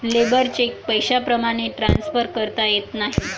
labour cheque पैशाप्रमाणे transfer करता येत नाही